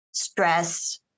stress